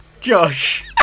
Josh